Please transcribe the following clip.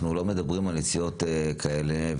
אנחנו לא מדברים על נסיעות כאלה.